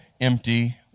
empty